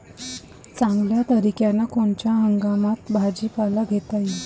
चांगल्या तरीक्यानं कोनच्या हंगामात भाजीपाला घेता येईन?